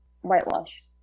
whitewash